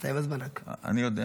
אני יודע.